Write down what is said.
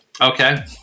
Okay